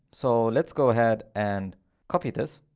so let's go ahead and copy this.